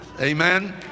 amen